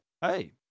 hey